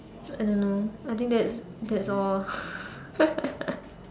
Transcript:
I don't know I think that's that's all ah